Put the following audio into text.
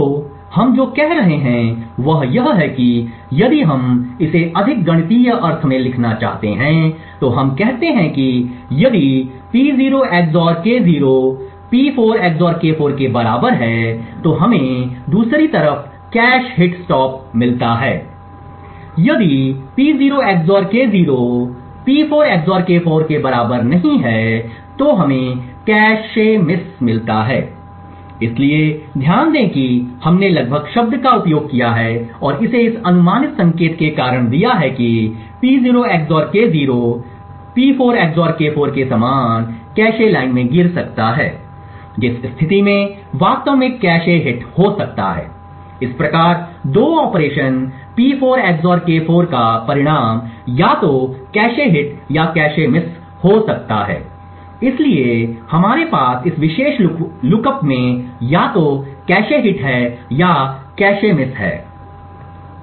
तो हम जो कह रहे हैं वह यह है कि यदि हम इसे अधिक गणितीय अर्थ में लिखना चाहते हैं तो हम कहते हैं कि यदि P0 XOR K0 P4 XOR K4 के बराबर है तो हमें दूसरी तरफ कैश हिट स्टॉप मिलता है यदि P0 XOR K0 P4 XOR K4 के बराबर नहीं है तो हमें कैश मिस मिलता है इसलिए ध्यान दें कि हमने लगभग शब्द का उपयोग किया है और इसे इस अनुमानित संकेत के कारण दिया है कि P0 XOR K0 P4 XOR K4 के समान कैश लाइन में गिर सकता है जिस स्थिति में वास्तव में कैश हिट हो सकता है इस प्रकार 2 ऑपरेशन P4 XOR K4 का परिणाम या तो कैश हिट या कैश मिस हो सकता है इसलिए हमारे पास इस विशेष लुकअप में या तो कैश हिट है या कैश मिस है